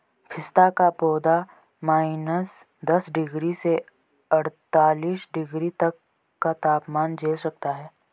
पिस्ता का पौधा माइनस दस डिग्री से अड़तालीस डिग्री तक का तापमान झेल सकता है